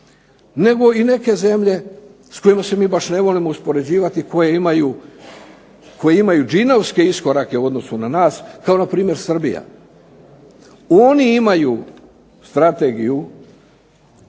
nego i neke zemlje s kojima se mi baš ne volimo uspoređivati koje imaju đinovske iskorake u odnosu na nas, kao na primjer Srbija. Oni imaju strategiju